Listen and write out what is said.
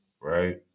right